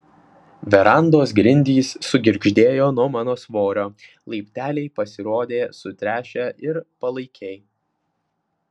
verandos grindys sugirgždėjo nuo mano svorio laipteliai pasirodė sutręšę ir palaikiai